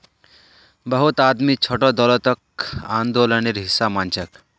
बहुत आदमी छोटो दौलतक आंदोलनेर हिसा मानछेक